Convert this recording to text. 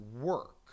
work